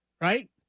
Right